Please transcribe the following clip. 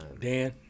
Dan